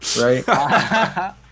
right